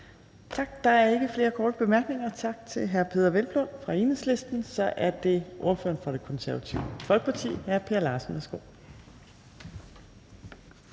Tak. Der er ikke flere korte bemærkninger. Tak til hr. Peder Hvelplund fra Enhedslisten. Så er det ordføreren for Det Konservative Folkeparti, hr. Per Larsen.